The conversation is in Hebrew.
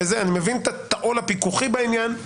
אני מבין את העול הפיקוחי בעניין.